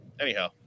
Anyhow